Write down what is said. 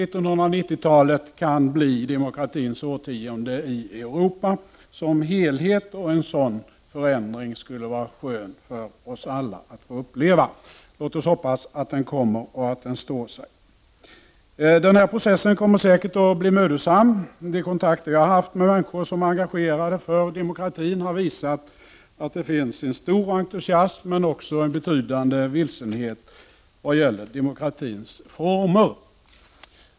1990-talet kan bli demokratins årtionde i Europa som helhet. En sådan förändring skulle vara skön för oss alla att få uppleva. Låt oss hoppas att denna förändring kommer och att den står sig. Denna process kommer säkert att bli mödosam. De kontakter jag har haft med människor som är engagerade för demokratin har visat att det finns en stor entusiasm men också en betydande vilsenhet vad gäller demokratins former.